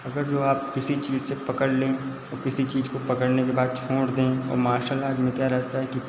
अगर जो आप किसी चीज़ से पकड़ लें वह किसी चीज़ को पकड़ने के बाद छोड़ दें और मार्सल आर्ट में क्या रहता है कि